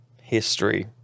history